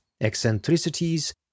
eccentricities